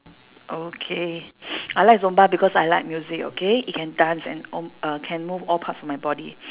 okay I like zumba because I like music okay it can dance and all can move all parts of my body